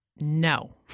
No